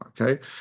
okay